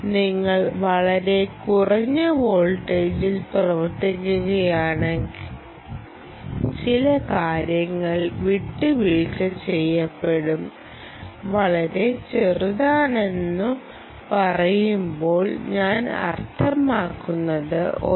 നിങ്ങൾ വളരെ കുറഞ്ഞ വോൾട്ടേജിൽ പ്രവർത്തിക്കുകയാണെങ്കിൽ ചില കാര്യങ്ങൾ വിട്ടുവീഴ്ച ചെയ്യപ്പെടും വളരെ ചെറുതാണെന്നു പറയുമ്പോൾ ഞാൻ അർത്ഥമാക്കുന്നത് 1